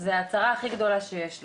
זו הצרה הכי גדולה שיש לו.